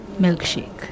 Milkshake